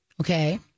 Okay